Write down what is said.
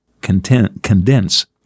condense